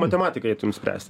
matematiką eitum spręsti